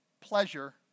pleasure